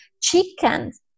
chickens